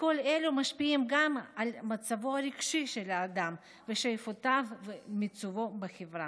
וכל אלה משפיעים גם על מצבו הרגשי של האדם ושאיפותיו ומיצובו בחברה.